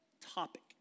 topic